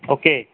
okay